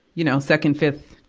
you know, second, fifth,